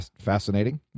fascinating